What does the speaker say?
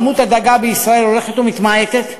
כמות הדגה בישראל הולכת ומתמעטת.